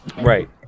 Right